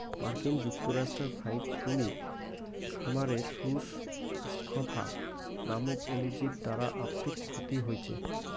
মার্কিন যুক্তরাষ্ট্রর ফাইক কুমীর খামারে সুস স্ক্রফা নামক অণুজীব দ্বারা আর্থিক ক্ষতি হইচে